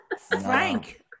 Frank